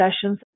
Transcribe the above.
sessions